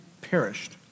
perished